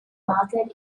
market